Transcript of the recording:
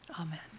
Amen